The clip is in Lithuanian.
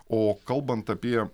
o kalbant apie